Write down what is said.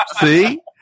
See